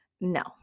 No